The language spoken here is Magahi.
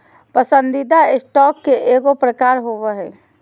पसंदीदा स्टॉक, स्टॉक के एगो प्रकार होबो हइ